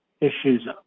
issues